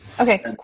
Okay